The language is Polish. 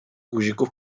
guzików